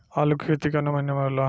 आलू के खेती कवना महीना में होला?